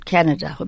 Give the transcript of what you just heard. Canada